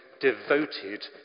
devoted